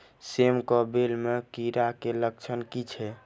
सेम कऽ बेल म कीड़ा केँ लक्षण की छै?